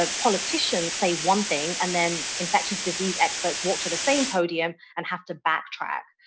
ah politicians, say one thing and then infectious disease experts walk to the same podium and have to backtrack.